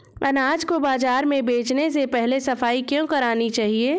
अनाज को बाजार में बेचने से पहले सफाई क्यो करानी चाहिए?